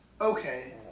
okay